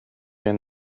der